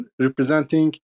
representing